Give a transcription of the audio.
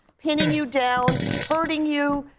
pinning you down, hurting you,